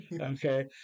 Okay